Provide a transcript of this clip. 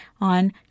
on